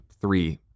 three